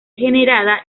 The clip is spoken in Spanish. generada